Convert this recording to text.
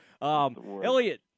Elliot